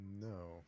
No